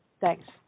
Thanks